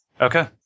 Okay